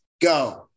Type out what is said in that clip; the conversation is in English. go